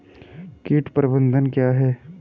कीट प्रबंधन क्या है?